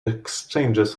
exchanges